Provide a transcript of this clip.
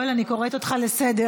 יואל, אני קוראת אותך לסדר.